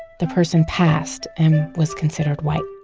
the person passed and was considered white